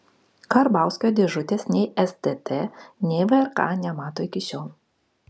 karbauskio dėžutės nei stt nei vrk nemato iki šiol